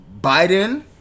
Biden